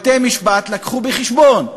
בתי-משפט לקחו בחשבון.